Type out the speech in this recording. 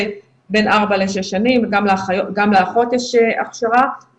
בין ארבע לשש שנים וגם לאחות יש הכשרה.